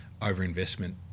overinvestment